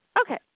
Okay